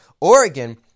Oregon